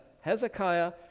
Hezekiah